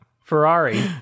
Ferrari